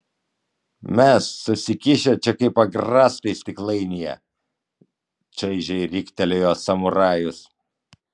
mes susikišę čia kaip agrastai stiklainyje čaižiai riktelėjo samurajus